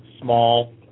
small